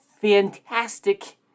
fantastic